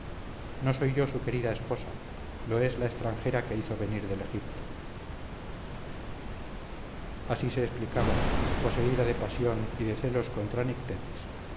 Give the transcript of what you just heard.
no soy yo su querida esposa lo es la extranjera que hizo venir del egipto así se explicaba poseída de pasión y de celos contra nictetis